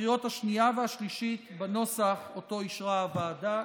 בקריאה השנייה והשלישית בנוסח שאותו אישרה הוועדה.